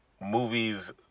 movies